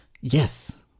yes